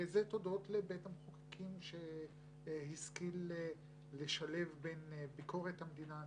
זה תודות לבית המחוקקים שהשכיל לשלב בין ביקורת המדינה,